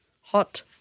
hot